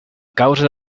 causa